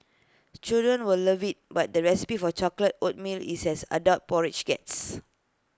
children will love IT but the recipe for chocolate oatmeal is as adult porridge gets